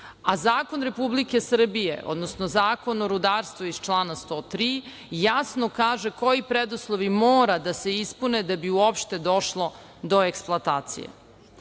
a zakon Republike Srbije, odnosno Zakon o rudarstvu iz člana 103, jasno kaže koji preduslovi mora da se ispune da bi uopšte došlo do eksploatacije. Moram